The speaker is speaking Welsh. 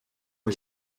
mae